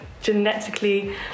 genetically